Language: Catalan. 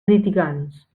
litigants